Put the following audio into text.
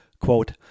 Quote